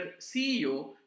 CEO